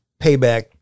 payback